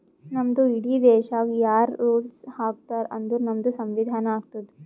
ನಮ್ದು ಇಡೀ ದೇಶಾಗ್ ಯಾರ್ ರುಲ್ಸ್ ಹಾಕತಾರ್ ಅಂದುರ್ ನಮ್ದು ಸಂವಿಧಾನ ಹಾಕ್ತುದ್